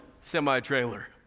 semi-trailer